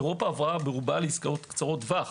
אירופה עברה ברובה לעסקאות קצרות טווח.